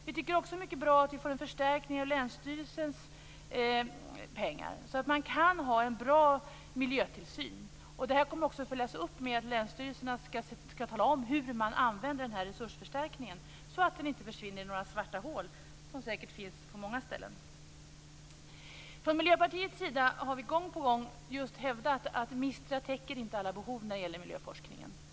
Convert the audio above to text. Vi tycker också att det är mycket bra att vi får en förstärkning av länsstyrelsens medel, så att man kan ha en bra miljötillsyn. Det kommer också att följas upp; länsstyrelserna skall tala om hur man använder den här resursförstärkningen, så att den inte försvinner i några svarta hål, som säkert finns på många ställen. Från Miljöpartiets sida har vi gång på gång hävdat att MISTRA inte täcker alla behov när det gäller miljöforskningen.